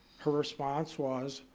her response was,